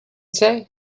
say